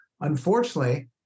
Unfortunately